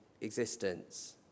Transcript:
existence